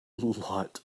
lot